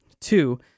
Two